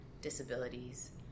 disabilities